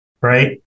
right